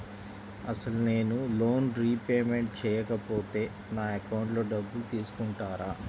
అసలు నేనూ loan repayment చేయకపోతే నా అకౌంట్లో డబ్బులు తీసుకుంటారా?